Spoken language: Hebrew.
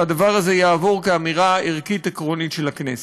שהדבר הזה יעבור כאמירה ערכית, עקרונית, של הכנסת.